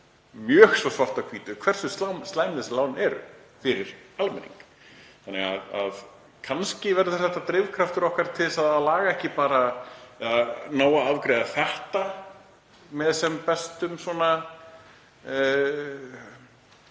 mjög svo svart á hvítu hversu slæm þessi lán eru fyrir almenning. Kannski verður þetta drifkraftur okkar til þess að laga ekki bara nóg til að afgreiða þetta með sem bestum